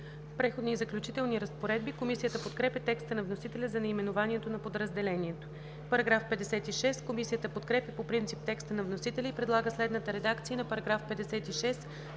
„Преходни и заключителни разпоредби“. Комисията подкрепя текста на вносителя за наименованието на подразделението. Комисията подкрепя по принцип текста на вносителя и предлага следната редакция на § 56,